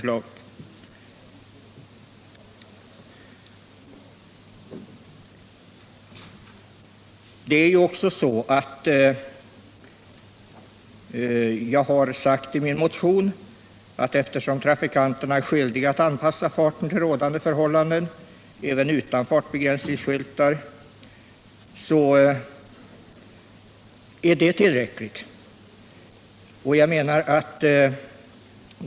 Som jag framhållit i motionen är trafikanterna skyldiga att anpassa farten till rådande omständigheter, och generella fartbegränsningar skulle därför inte behövas.